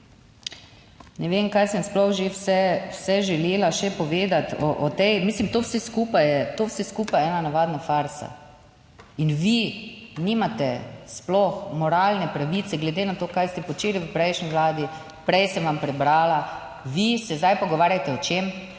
ne vem kaj sem sploh že vse, vse želela še povedati o tej. Mislim, to vse skupaj je, to vse skupaj je ena navadna farsa in vi nimate sploh moralne pravice, glede na to, kaj ste počeli v prejšnji Vladi, prej sem vam prebrala. Vi se zdaj pogovarjate o čem?